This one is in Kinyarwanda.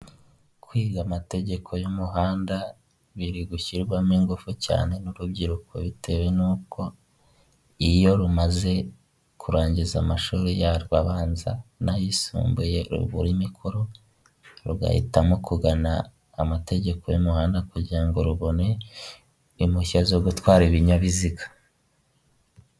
Kwiga amategeko y'umuhanda biri gushyirwamo ingufu cyane n'urubyiruko bitewe n'uko iyo rumaze kurangiza amashuri yarwo abanza n'ayisumbuye rubura imikoro, rugahitamo kugana amategeko y'umuhanda kugirango rubone impushya zo gutwara ibinyabiziga.